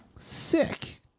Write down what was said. Sick